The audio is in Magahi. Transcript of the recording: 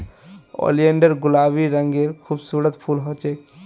ओलियंडर गुलाबी रंगेर खूबसूरत फूल ह छेक